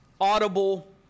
audible